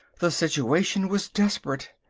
the situation was desperate.